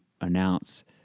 announce